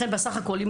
לכן בסך הכול,